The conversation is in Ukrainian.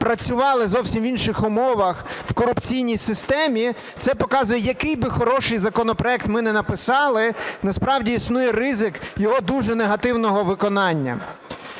працювали в зовсім інших умовах в корупційній системі, це показує, який би хороший законопроект ми не написали, насправді існує ризик його дуже негативного виконання.